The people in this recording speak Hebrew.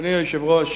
אדוני היושב-ראש,